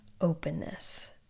openness